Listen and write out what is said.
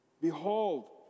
Behold